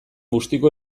bustiko